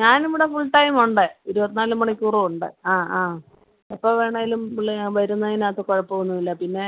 ഞാനിവിടെ ഫുൾ ടൈമുണ്ട് ഇരുപത്തിനാല് മണിക്കൂർ ഉണ്ട് ആ ആ എപ്പോൾ വേണേലും പുള്ളി ഞാൻ വരുന്നതിനകത്ത് കുഴപ്പമൊന്നൂല്ല പിന്നെ